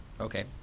Okay